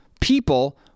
people